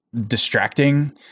distracting